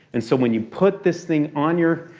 and so when you put this thing on your.